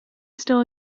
still